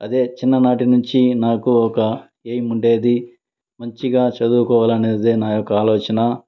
అదే చిన్ననాటినుంచి నాకు ఒక ఎయిమ్ ఉండేది మంచిగా చదువుకోవాలనేదే నా యొక్క ఆలోచన